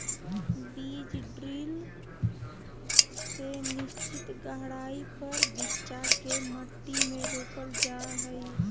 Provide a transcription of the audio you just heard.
बीज ड्रिल से निश्चित गहराई पर बिच्चा के मट्टी में रोपल जा हई